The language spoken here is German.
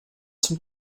zum